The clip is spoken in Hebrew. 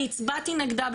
אני הצבעתי נגדה,